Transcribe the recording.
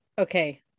Okay